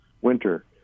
winter